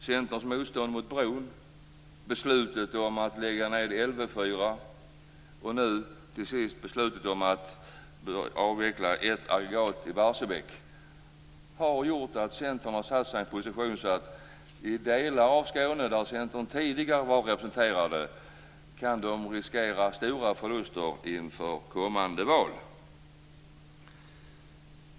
Centerns motstånd mot bron, beslutet att lägga ner LV 4 och nu beslutet att avveckla ett aggregat i Barsebäck har gjort att Centern har satt sig i en sådan position att man i delar av Skåne där man tidigare var representerad riskerar stora förluster i kommande val.